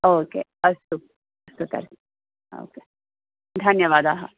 ओ के अस्तु अस्तु तर्हि ओ के धन्यवादाः